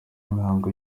mihango